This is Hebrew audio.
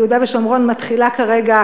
ביהודה ושומרון מתחילה כרגע,